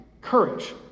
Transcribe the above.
courage